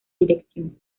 dirección